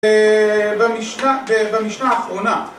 במשנה האחרונה